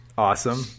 Awesome